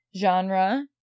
genre